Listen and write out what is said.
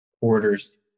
orders